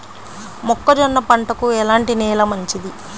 మొక్క జొన్న పంటకు ఎలాంటి నేల మంచిది?